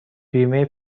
بیمه